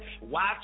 Watch